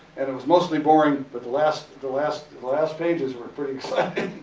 and it was mostly boring but the last, the last, last pages were pretty exciting.